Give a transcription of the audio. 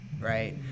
right